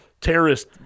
terrorist